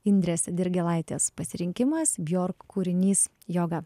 indrės dirgėlaitės pasirinkimas bjork kūrinys yoga